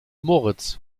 moritz